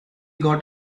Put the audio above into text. got